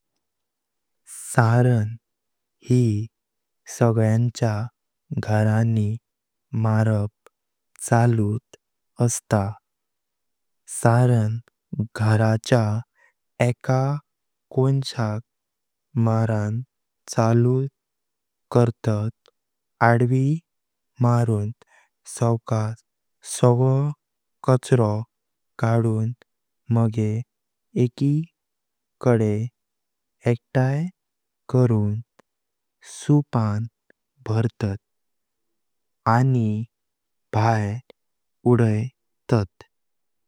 सारण ही सगळ्याच घरानी माराप चालू असे। सारिन घराच्या एका कोणीशाक मारण चालू करतात, अदवी मारून सावकाश सगळो काजरो काढून मागे एका कडे एकटाई करून सुपान भरतात आणि बाहेर उडतात।